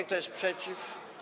Kto jest przeciw?